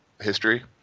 history